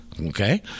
Okay